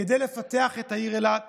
כדי לפתח את העיר אילת